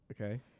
Okay